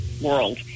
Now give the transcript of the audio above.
world